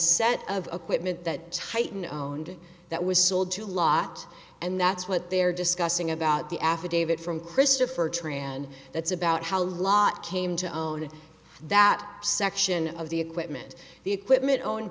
set of equipment that titan oh and that was sold to lot and that's what they're discussing about the affidavit from christopher tran that's about how lot came to own that section of the equipment the equipment owned